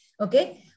Okay